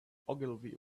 ogilvy